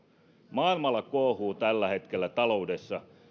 maailmalla kuohuu tällä hetkellä taloudessa